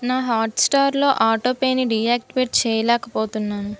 నా హాట్స్టార్లో ఆటోపేని డియాక్టివేట్ చేయలేకపోతున్నాను